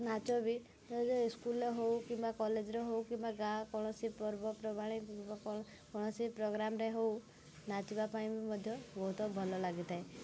ନାଚ ବି ଯେ ସ୍କୁଲରେ ହେଉ କିମ୍ବା କଲେଜରେ ହେଉ କିମ୍ବା ଗାଁ କୌଣସି ପର୍ବପର୍ବାଣୀ କିମ୍ବା କୌଣସି ପ୍ରୋଗ୍ରାମ୍ରେ ହେଉ ନାଚିବା ପାଇଁ ବି ମଧ୍ୟ ବହୁତ ଭଲ ଲାଗିଥାଏ